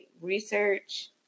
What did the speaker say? research